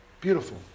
beautiful